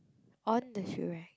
on the shoe rack